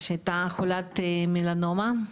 שהייתה חולת מלנומה,